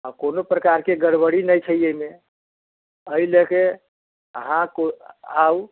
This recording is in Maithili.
आ कोनो प्रकारके गड़बड़ी नहि छै एहिमे एहि लएके अहाँ कऽ आउ